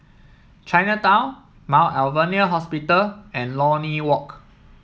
Chinatown Mount Alvernia Hospital and Lornie Walk